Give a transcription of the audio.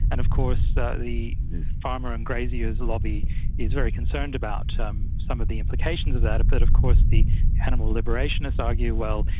and of course ah the farmers and graziers lobby is very concerned about um some of the implications of that. but of course the animal liberationists argue, well,